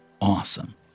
awesome